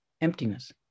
emptiness